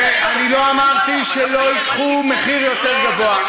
ואני לא אמרתי שלא ייקחו מחיר יותר גבוה.